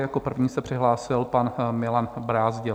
Jako první se přihlásil pan Milan Brázdil.